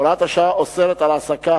הוראת השעה אוסרת העסקה,